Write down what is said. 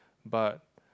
but